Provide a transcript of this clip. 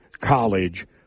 College